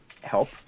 help